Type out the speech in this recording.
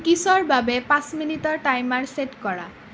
কুকিজৰ বাবে পাঁচ মিনিটৰ টাইমাৰ ছেট কৰা